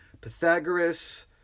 Pythagoras